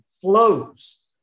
flows